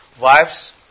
wives